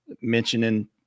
mentioning